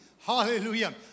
Hallelujah